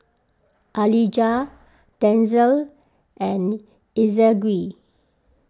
Alijah Denzel and Ezequiel